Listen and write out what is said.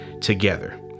together